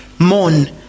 Mourn